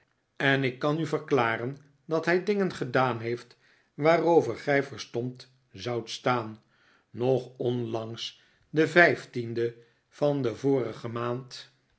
en ik kan u verklaren dat hij dingen gedaan heeft waarover gij verstom'd zoudt staan nog onlangs den vijftienden van de vorige maand